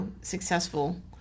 successful